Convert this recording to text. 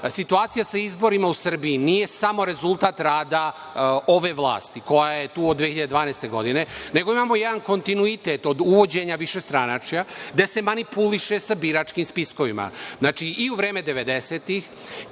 situacija sa izborima u Srbiji nije samo rezultat rada ove vlast koja je tu od 2012. godine, nego imamo jedan kontinuitet od uvođenja višestranačja gde se manipuliše sa biračkim spiskovima. Znači, i u vreme